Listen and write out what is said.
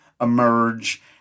emerge